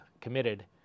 committed